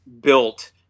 built